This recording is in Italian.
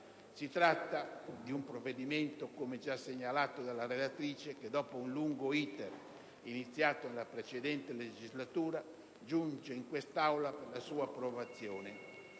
Si tratta di un provvedimento che, come già segnalato dalla relatrice, dopo un lungo *iter* iniziato nella precedente legislatura giunge in quest'Aula per la sua approvazione.